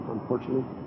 Unfortunately